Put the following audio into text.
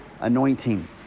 anointing